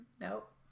Nope